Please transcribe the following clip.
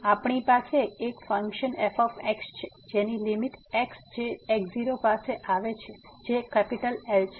તેથી આપણી પાસે એક ફંકશન f છે જેની લીમીટ x જે x0પાસે આવે છે જે L છે